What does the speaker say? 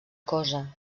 cosa